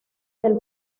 del